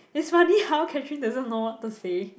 it's funny how Catherine doesn't know what to say